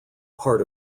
part